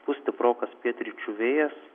pūs stiprokas pietryčių vėjas